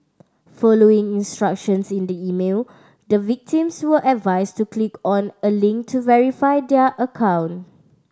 following instructions in the email the victims were advised to click on a link to verify their account